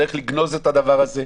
צריך לגנוז את הדבר הזה,